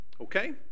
Okay